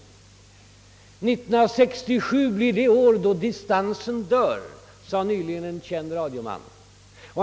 1967 blir det år då distansen dör, sade nyligen en känd radioman.